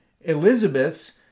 Elizabeth's